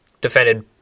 defended